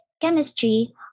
chemistry